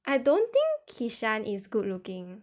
I don't think kishan is good looking